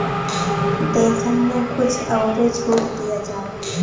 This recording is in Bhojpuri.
देसन मे कुछ अउरो छूट दिया जाला